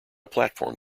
platform